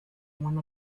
one